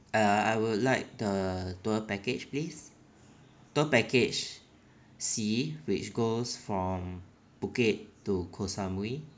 uh I would like the tour package please tour package C which goes from phuket to koh samui